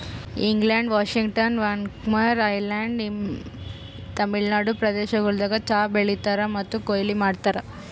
England, Washington, Vancouver Island, Tamil Nadu ಪ್ರದೇಶಗೊಳ್ದಾಗ್ ಚಹಾ ಬೆಳೀತಾರ್ ಮತ್ತ ಕೊಯ್ಲಿ ಮಾಡ್ತಾರ್